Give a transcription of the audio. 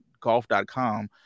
golf.com